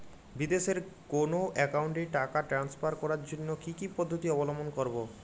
বিদেশের কোনো অ্যাকাউন্টে টাকা ট্রান্সফার করার জন্য কী কী পদ্ধতি অবলম্বন করব?